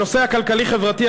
הנושא הכלכלי-חברתי,